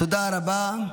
תודה רבה.